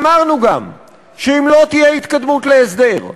ואמרנו גם שאם לא תהיה התקדמות להסדר,